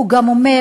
והוא גם אומר: